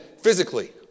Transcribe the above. physically